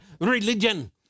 religion